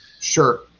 Sure